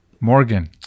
Morgan